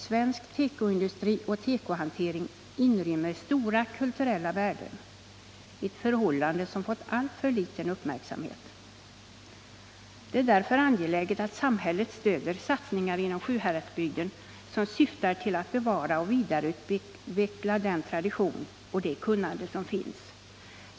Svensk tekoindustri och tekohantering inrymmer stora kulturella värden, ett förhållande som fått alltför liten uppmärksamhet. Det är därför angeläget att samhället stöder satsningar inom Sjuhäradsbygden som syftar till att bevara och vidareutveckla den tradition och det kunnande som finns.